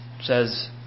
says